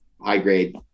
high-grade